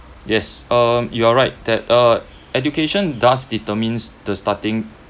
yes err you are right that uh education does determines the starting